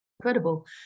Incredible